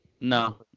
No